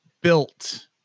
built